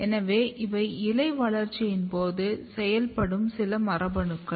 எனவே இவை இலை வளர்ச்சியின் போது செயல்படும் சில மரபணுக்கள்